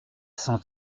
s’en